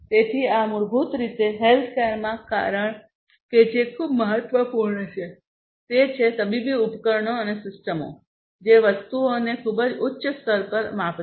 તેથી આ મૂળભૂત રીતે હેલ્થકેરમાં કારણ કે જે ખૂબ મહત્વનું છે તે છે તબીબી ઉપકરણો અને સિસ્ટમો જે વસ્તુઓને ખૂબ જ ઉચ્ચ સ્તર પર માપશે